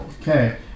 Okay